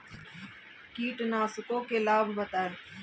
कीटनाशकों के लाभ बताएँ?